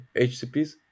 HCPs